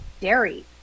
dairy